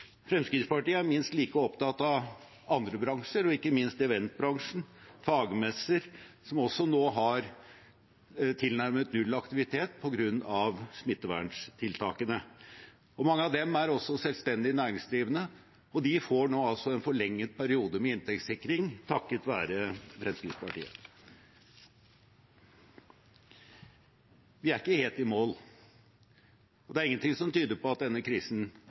Fremskrittspartiet er minst like opptatt av andre bransjer, ikke minst eventbransjen, fagmesser, som også nå har tilnærmet null aktivitet på grunn av smitteverntiltakene. Mange av dem er også selvstendig næringsdrivende, og de får altså nå en forlenget periode med inntektssikring takket være Fremskrittspartiet. Vi er ikke helt i mål. Det er ingenting som tyder på at denne krisen